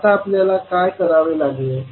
आता आपल्याला काय करावे लागेल